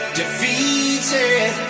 defeated